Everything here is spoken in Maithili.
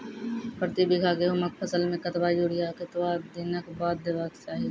प्रति बीघा गेहूँमक फसल मे कतबा यूरिया कतवा दिनऽक बाद देवाक चाही?